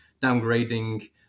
downgrading